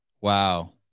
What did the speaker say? Wow